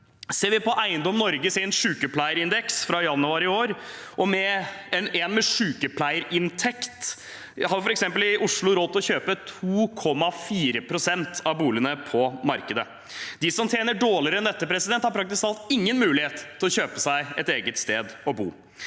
Ser vi på Eiendom Norges sykepleierindeks fra januar i år, har en med sykepleierinntekt f.eks. råd til å kjøpe 2,4 pst. av boligene på markedet i Oslo. De som tjener dårligere enn det, har praktisk talt ingen mulighet til å kjøpe seg et eget sted å bo.